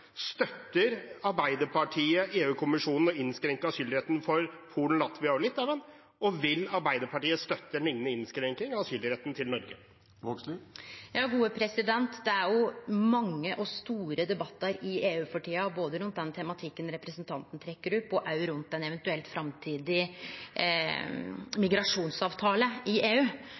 Støtter Arbeiderpartiet EU-kommisjonen og innskrenkingen av asylretten for folk som søker asyl i Polen, Latvia og Litauen? Og: Vil Arbeiderpartiet støtte en lignende innskrenking av asylretten i Norge? Det er mange og store debattar i EU for tida, både rundt tematikken representanten tek opp og rundt ei eventuell framtidig migrasjonsavtale i EU.